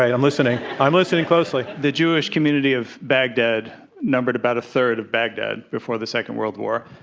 i'm listening. i'm listening closely. the jewish community of baghdad numbered about a third of baghdad before the second world war.